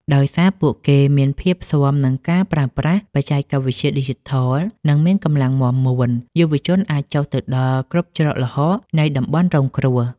ដោយសារពួកគេមានភាពស៊ាំនឹងការប្រើប្រាស់បច្ចេកវិទ្យាឌីជីថល និងមានកម្លាំងមាំមួន យុវជនអាចចុះទៅដល់គ្រប់ច្រកល្ហកនៃតំបន់រងគ្រោះ។